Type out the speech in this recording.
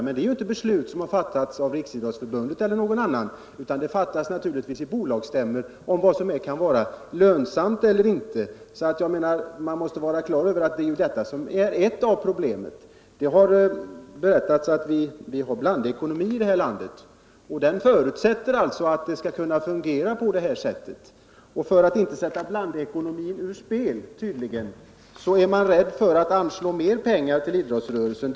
Detta är ju inte följden av beslut som fattats i Riksidrottsförbundet eller någon annanstans inom idrottsrörelsen, utan de besluten fattas naturligtvis i bolagens styrelserum, och avgörande blir då vad som kan vara lönsamt eller inte. Man måste vara klar över att detta är ett av problemen för idrotten. Det har sagts att vi har blandekonomi här i landet, och den förutsätter att det skall kunna fungera på det här sättet. Tydligen för att inte sätta blandekonomin ur spel är man rädd för att anslå mer pengar till idrottsrö relsen.